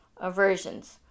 aversions